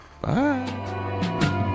Bye